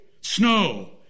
snow